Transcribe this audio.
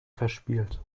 verspielt